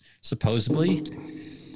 supposedly